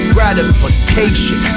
Gratification